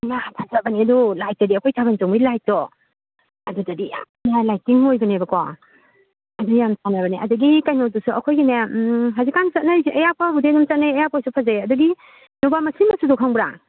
ꯏꯃꯥ ꯐꯖꯕꯅꯦ ꯑꯗꯣ ꯂꯥꯏꯠꯇꯗꯤ ꯑꯩꯈꯣꯏ ꯊꯥꯕꯜ ꯆꯣꯡꯕꯩ ꯂꯥꯏꯠꯇꯣ ꯑꯗꯨꯗꯗꯤ ꯌꯥꯝꯅ ꯂꯥꯏꯠꯇꯤꯡ ꯑꯣꯏꯕꯅꯦꯕꯀꯣ ꯑꯗꯨ ꯌꯥꯝ ꯆꯥꯅꯕꯅꯦ ꯑꯗꯒꯤ ꯀꯩꯅꯣꯗꯁꯨ ꯑꯩꯈꯣꯏꯒꯤꯅꯦ ꯍꯧꯖꯤꯛꯀꯥꯟ ꯆꯠꯅꯔꯤꯁꯦ ꯑꯌꯥꯛꯄꯕꯨꯗꯤ ꯑꯗꯨꯝ ꯆꯠꯅꯩ ꯑꯌꯥꯛꯄ ꯑꯣꯏꯔꯁꯨ ꯐꯖꯩ ꯑꯗꯒꯤ ꯅꯣꯕꯥꯞ ꯃꯁꯤꯟ ꯃꯆꯨꯗꯣ ꯈꯪꯕ꯭ꯔꯥ